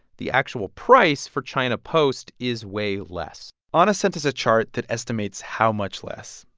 the actual price for china post is way less ah anna sent us a chart that estimates how much less.